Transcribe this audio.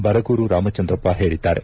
ಬರಗೂರು ರಾಮಚಂದ್ರಪ್ಪ ಹೇಳಿದ್ದಾರೆ